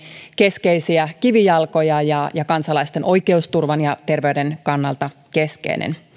keskeisiä kivijalkoja ja ja kansalaisten oikeusturvan ja terveyden kannalta keskeinen